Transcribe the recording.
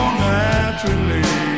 naturally